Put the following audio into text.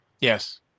Yes